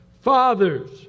Fathers